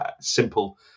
simple